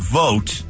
vote